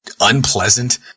unpleasant